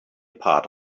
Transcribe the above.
part